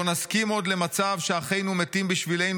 לא נסכים עוד למצב שאחינו מתים בשבילנו,